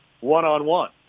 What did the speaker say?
one-on-one